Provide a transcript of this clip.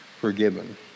forgiven